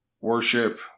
worship